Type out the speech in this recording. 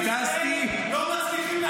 אזרחי ישראל לא מצליחים למלא את העגלה שלהם,